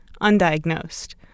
undiagnosed